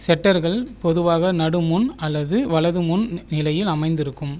செட்டர்கள் பொதுவாக நடு முன் அல்லது வலது முன் நிலையில் அமைந்திருக்கும்